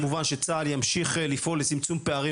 כמובן שצה"ל ימשיך לפעול לצמצום פערים